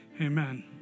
Amen